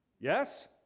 yes